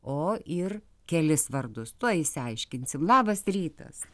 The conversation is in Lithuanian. o ir kelis vardus tuoj išsiaiškinsim labas rytas